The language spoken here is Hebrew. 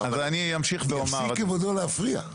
יפסיק כבודו להפריע.